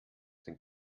den